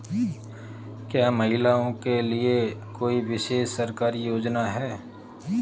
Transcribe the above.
क्या महिलाओं के लिए कोई विशेष सरकारी योजना है?